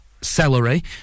celery